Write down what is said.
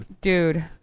Dude